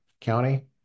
County